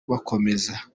bakomeza